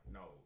no